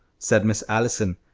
said miss allison,